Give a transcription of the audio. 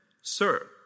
Sir